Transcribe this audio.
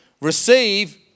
receive